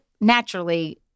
naturally